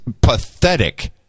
pathetic